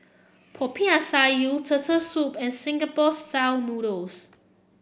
Popiah Sayur Turtle Soup and Singapore style noodles